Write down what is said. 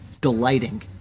delighting